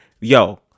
yo